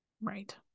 right